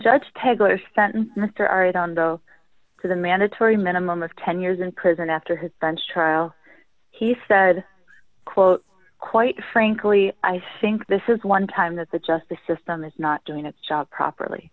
arredondo to the mandatory minimum of ten years in prison after his bench trial he said quote quite frankly i think this is one time that the justice system is not doing its job properly